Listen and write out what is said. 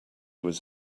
was